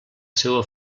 seua